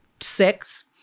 six